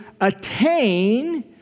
attain